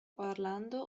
orlando